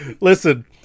listen